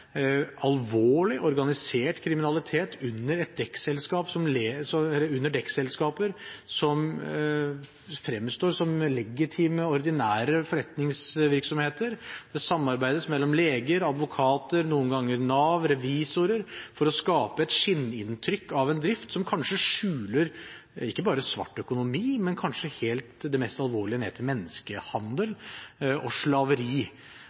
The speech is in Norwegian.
alvorlig, organisert kriminalitet under dekkselskaper som fremstår som legitime, ordinære forretningsvirksomheter. Det samarbeides mellom leger, advokater, noen ganger Nav og revisorer for å skape et skinninntrykk av en drift som kanskje skjuler ikke bare svart økonomi, men kanskje også det mest alvorlige: menneskehandel og slaveri.